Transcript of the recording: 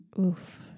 Oof